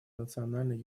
национальной